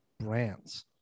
brands